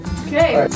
okay